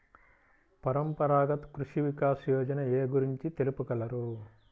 పరంపరాగత్ కృషి వికాస్ యోజన ఏ గురించి తెలుపగలరు?